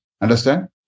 Understand